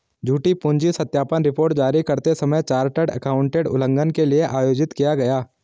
झूठी पूंजी सत्यापन रिपोर्ट जारी करते समय चार्टर्ड एकाउंटेंट उल्लंघन के लिए आयोजित किया गया